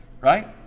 right